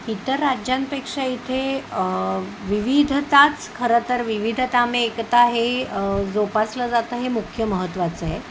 इतर राज्यांपेक्षा इथे विविधताच खरं तर विविधता में एकता हे जोपासलं जातं हे मुख्य महत्त्वाचं आहे